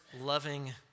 loving